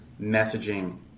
messaging